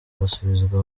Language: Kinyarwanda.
basubizwa